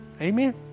Amen